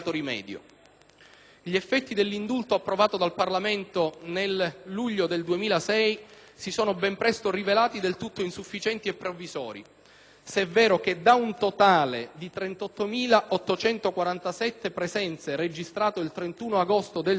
Gli effetti dell'indulto, approvato dal Parlamento nel luglio 2006, si sono ben presto rivelati del tutto insufficienti e provvisori, se è vero che da un totale di 38.847 presenze registrato il 31 agosto 2006,